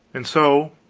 and so,